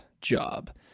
job